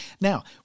Now